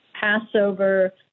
Passover